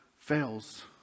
fails